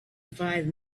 five